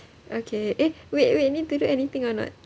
okay eh wait wait need to do anything or not